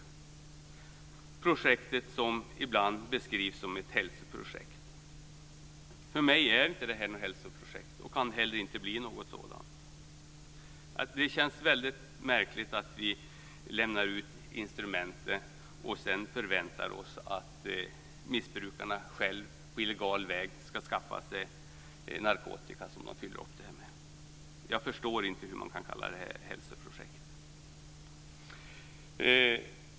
Ibland beskrivs det här projektet som ett hälsoprojekt. För mig är inte detta något hälsoprojekt och kan inte heller bli ett sådant. Det känns väldigt märkligt att vi lämnar ut instrument och förväntar oss att missbrukarna själva på illegal väg ska skaffa narkotika. Jag förstår inte hur man kan kalla det ett hälsoprojekt.